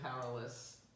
powerless